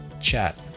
chat